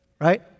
right